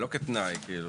לא כתנאי.